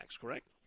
correct